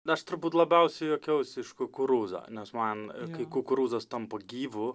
na aš turbūt labiausiai juokiausi iš kukurūzo nes man kai kukurūzas tampa gyvu